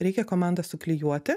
reikia komandą suklijuoti